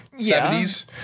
70s